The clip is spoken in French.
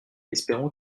espérant